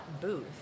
booth